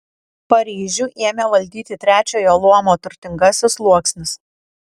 paryžių ėmė valdyti trečiojo luomo turtingasis sluoksnis